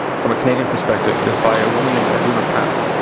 from a canadian perspective is by a woman named aruna papp,